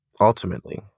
ultimately